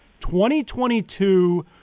2022